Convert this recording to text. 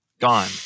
Gone